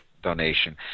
donation